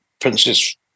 Princess